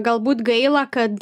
galbūt gaila kad